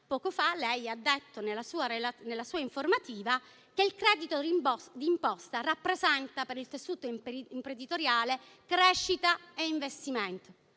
poco fa ha detto, nella sua relazione, che il credito d'imposta rappresenta per il tessuto imprenditoriale crescita e investimento.